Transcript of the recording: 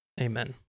amen